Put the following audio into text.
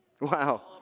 Wow